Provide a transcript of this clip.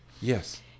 Yes